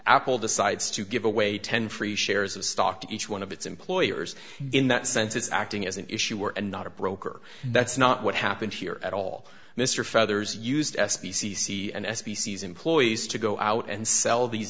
apple decides to give away ten free shares of stock to each one of its employers in that sense it's acting as an issue and not a broker that's not what happened here at all mr feathers used s b c c and as species employees to go out and sell these